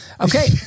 Okay